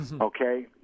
okay